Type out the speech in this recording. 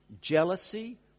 jealousy